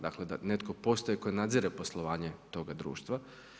Dakle, da netko postoji, tko nadzire poslovanje toga društva.